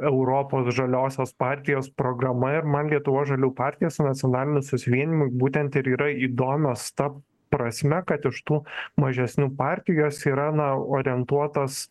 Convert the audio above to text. europos žaliosios partijos programa ir man lietuvos žalių partija su nacionaliniu susivienijimu būtent ir yra įdomios ta prasme kad iš tų mažesnių partijų jos yra na orientuotas